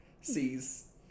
sees